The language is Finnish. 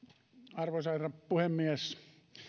arvoisa herra puhemies